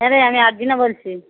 হ্যারে আমি আরজিনা বলছি